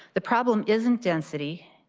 the problem isn't density.